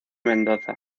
mendoza